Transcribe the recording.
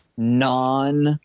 Non